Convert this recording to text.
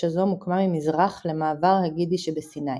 שזו מוקמה ממזרח למעבר הגידי שבסיני.